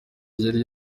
yari